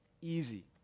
Easy